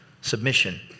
submission